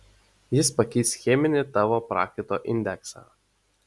jis pakeis cheminį tavo prakaito indeksą